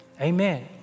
Amen